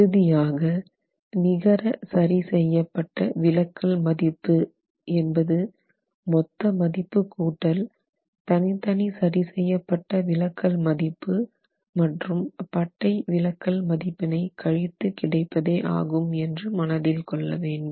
இறுதியாக நிகர சரி செய்யப் பட்ட விலக்கல் மதிப்பு என்பது மொத்த மதிப்பு கூட்டல் தனித்தனி சரி செய்யப் பட்ட விலக்கல் மதிப்பு மற்றும் பட்டை விலக்கல் மதிப்பினை கழித்து கிடைப்பதே ஆகும் என்று மனதில் கொள்ள வேண்டும்